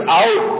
out